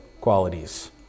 qualities